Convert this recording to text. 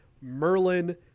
Merlin